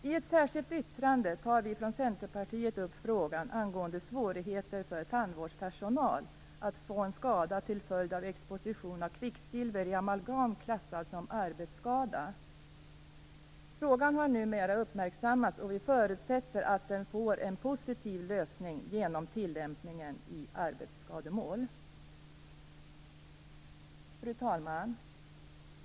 I ett särskilt yttrande tar vi från Centerpartiet upp frågan om svårigheter för tandvårdspersonal att få en skada till följd av exposition för kvicksilver i amalgam klassad som arbetsskada. Frågan har numera uppmärksammats, och vi förutsätter att den får en positiv lösning genom tillämpningen i arbetsskademål. Fru talman!